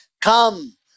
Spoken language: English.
come